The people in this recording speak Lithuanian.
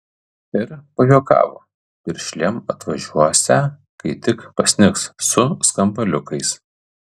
ir pajuokavo piršlėm atvažiuosią kai tik pasnigs su skambaliukais